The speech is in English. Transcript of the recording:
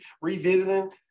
revisiting